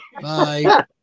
Bye